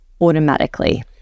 automatically